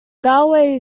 galway